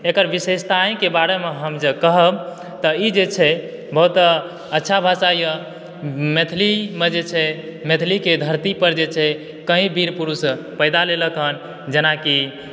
एकर विशेषताएँके बारेमे हम जँ कहब तऽ ई जे छै बहुत अच्छा भाषा यऽ मैथिलीमऽ जे छै मैथिलीके धरती पर जे छै कई वीर पुरुष पैदा लेलक हन जेनाकि